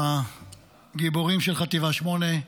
הגיבורים של חטיבה 8,